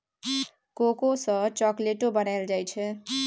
cocoa सँ चाकलेटो बनाइल जाइ छै